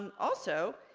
um also,